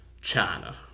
China